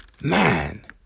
man